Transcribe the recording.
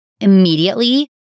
immediately